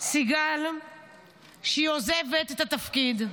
סיגל שהיא עוזבת את התפקיד.